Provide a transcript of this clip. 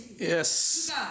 Yes